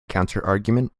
counterargument